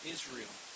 Israel